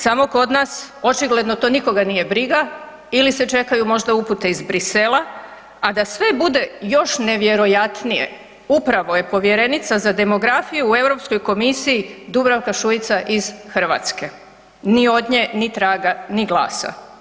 Samo kod nas očigledno to nikoga nije briga ili se čekaju možda upute iz Bruxellesa, a da sve bude još nevjerojatnije, upravo je povjerenica za demografiju u Europskoj komisiji Dubravka Šuica iz Hrvatske, ni od nje ni traga, ni glasa.